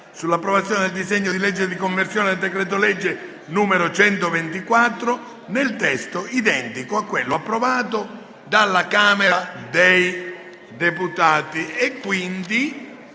sull'approvazione del disegno di legge di conversione del decreto-legge n. 124, nel testo identico a quello approvato dalla Camera dei deputati. Come